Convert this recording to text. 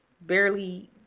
barely